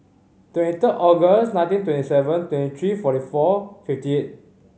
twenty third August nineteen twenty seven twenty three forty four fifty eight